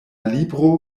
libro